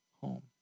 home